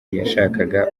yashakaga